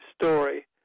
story